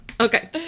okay